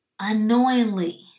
Unknowingly